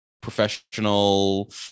professional